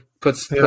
puts